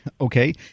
Okay